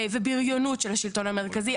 ובריונות של השלטון המרכזי,